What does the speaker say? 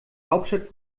hauptstadt